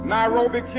Nairobi